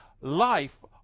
life